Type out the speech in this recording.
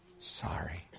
sorry